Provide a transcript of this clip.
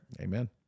Amen